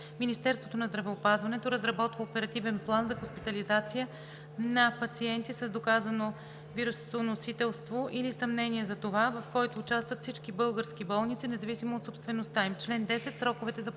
Министерството на здравеопазването разработва оперативен план за хоспитализация на пациенти с доказано вирусоносителство или съмнение за това, в който участват всички български болници, независимо от собствеността им. Чл. 10. Сроковете за подаване